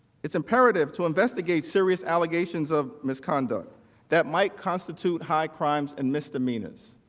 it's imperative to investigate serious allegations of misconduct that might constitute high crimes and misdemeanors